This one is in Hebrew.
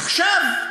עכשיו,